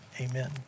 Amen